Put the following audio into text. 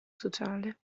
sociale